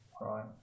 Right